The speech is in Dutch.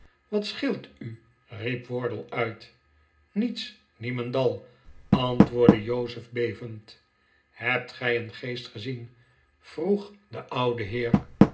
wat scheelt u riep wardle uit niets niemendal antwoordde jozef bevend hebt gij een geest gezien vroeg de oude heer